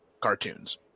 cartoons